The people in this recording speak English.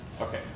Okay